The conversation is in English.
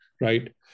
right